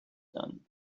done